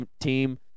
team